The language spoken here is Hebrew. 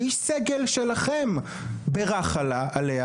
שאיש סגל שלכם בירך עליה,